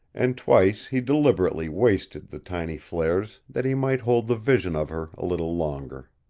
and twice he deliberately wasted the tiny flares that he might hold the vision of her a little longer.